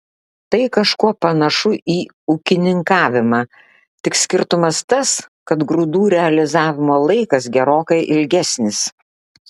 tai kažkuo panašu į ūkininkavimą tik skirtumas tas kad grūdų realizavimo laikas gerokai ilgesnis